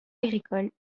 agricole